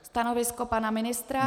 Stanovisko pana ministra?